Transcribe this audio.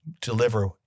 deliver